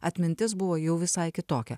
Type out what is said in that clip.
atmintis buvo jau visai kitokia